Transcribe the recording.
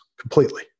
completely